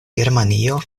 germanio